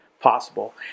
possible